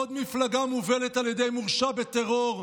עוד מפלגה מובלת על ידי מורשע בטרור,